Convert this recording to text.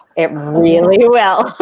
it really well.